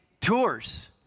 tours